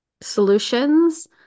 solutions